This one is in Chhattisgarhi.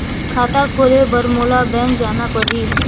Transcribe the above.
खाता खोले बर मोला बैंक जाना परही?